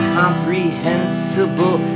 comprehensible